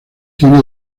tiene